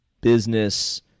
business